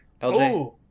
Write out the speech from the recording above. lj